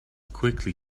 quickly